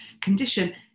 condition